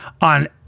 on